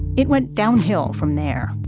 it went downhill from there.